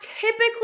typically